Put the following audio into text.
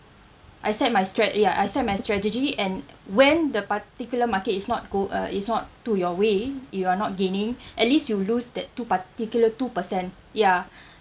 I set my strat~ ya I set my strategy and when the particular market is not go~ uh is not to your way you are not gaining at least you lose that two particular two percent ya